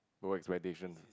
lower expectations